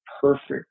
perfect